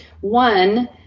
One